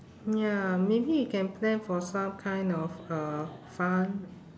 ya maybe we can plan for some kind of uh fun